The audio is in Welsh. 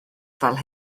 fel